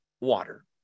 Water